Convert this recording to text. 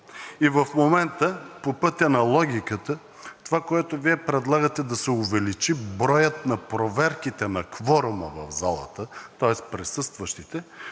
и в момента по пътя на логиката това, което Вие предлагате да се увеличи – броят на проверките на кворума в залата, тоест присъстващите,